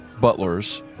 butlers